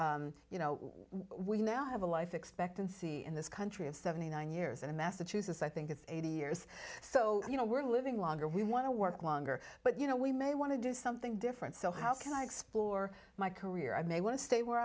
know you know where you now have a life expectancy in this country of seventy nine years in massachusetts i think it's eighty years so you know we're living longer we want to work longer but you know we may want to do something different so how can i explore my career i may want to stay where